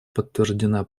подтверждена